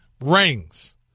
rings